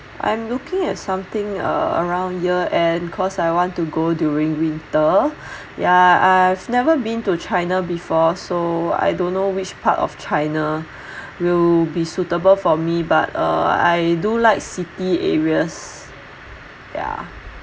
I'm looking at something uh around year end cause I want to go during winter yeah I've never been to china before so I don't know which part of china will be suitable for me but uh I do like city areas yeah